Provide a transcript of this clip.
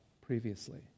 previously